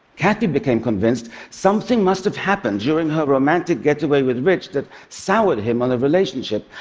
kathy became convinced something must have happened during her romantic getaway with rich that soured him on the relationship,